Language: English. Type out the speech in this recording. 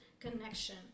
connection